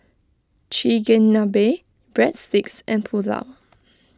Chigenabe Breadsticks and Pulao